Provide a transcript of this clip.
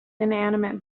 inanimate